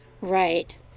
right